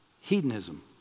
hedonism